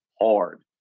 hard